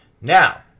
Now